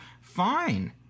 fine